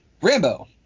rambo